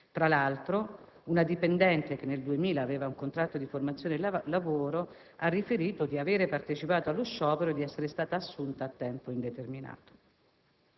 Tra l'altro una dipendente, che nel 2000 aveva un contratto di formazione lavoro, ha riferito di avere partecipato allo sciopero e di essere stata assunta a tempo indeterminato.